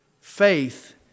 Faith